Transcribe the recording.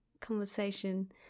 conversation